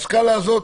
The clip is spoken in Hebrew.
והסקאלה הזאת